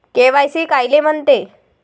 KYC कायले म्हनते?